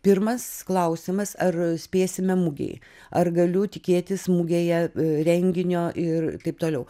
pirmas klausimas ar spėsime mugei ar galiu tikėtis mugėje renginio ir taip toliau